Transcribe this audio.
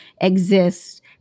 exist